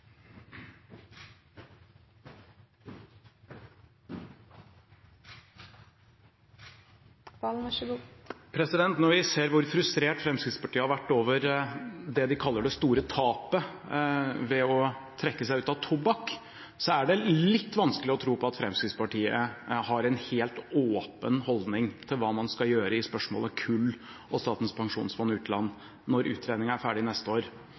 Når vi ser hvor frustrert Fremskrittspartiet har vært over det de kaller det store tapet ved å trekke seg ut av tobakk, er det litt vanskelig å tro på at Fremskrittspartiet har en helt åpen holdning til hva man skal gjøre i spørsmålet om kull og Statens pensjonsfond utland når utredningen er ferdig neste år.